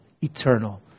eternal